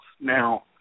Now